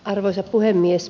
arvoisa puhemies